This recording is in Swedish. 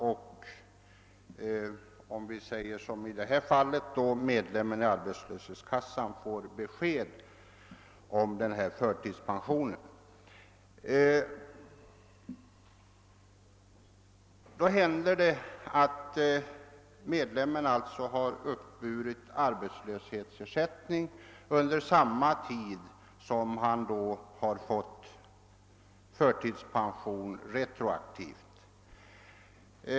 Det har i ett fall hos oss hänt att en medlem i arbetslöshetskassan, som fått besked om förtidspension, har uppburit arbetslöshetsersättning under samma tid som han har erhållit retroaktiv förtidspension.